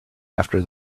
after